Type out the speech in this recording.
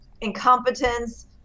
incompetence